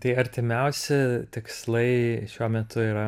tai artimiausi tikslai šiuo metu yra